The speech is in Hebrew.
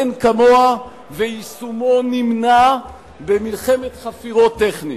מאין כמוה, ויישומו נמנע במלחמת חפירות טכנית.